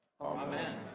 Amen